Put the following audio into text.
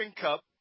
Cup